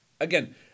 again